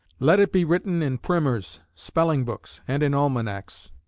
let it be written in primers, spelling-books, and in almanacs.